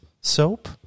soap